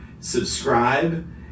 subscribe